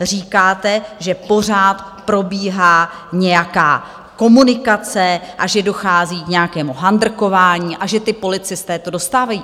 Říkáte, že pořád probíhá nějaká komunikace a že dochází k nějakému handrkování a že ti policisté to dostávají.